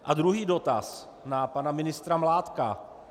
A druhý dotaz na pana ministra Mládka.